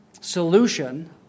solution